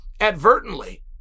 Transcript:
advertently